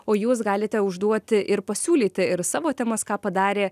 o jūs galite užduoti ir pasiūlyti ir savo temas ką padarė